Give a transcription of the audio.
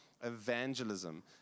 evangelism